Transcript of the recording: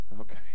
Okay